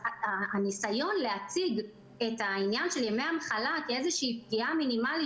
הניסיון להציג את העניין של ימי המחלה כפגיעה מינימלית